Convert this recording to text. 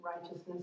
righteousness